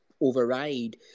override